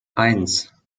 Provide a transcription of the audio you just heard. eins